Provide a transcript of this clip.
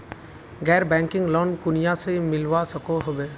गैर banking loan कुनियाँ से मिलवा सकोहो होबे?